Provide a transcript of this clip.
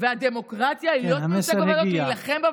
והדמוקרטיה היא להיות מיוצגים בוועדות,